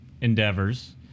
endeavors